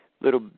little